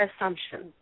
assumptions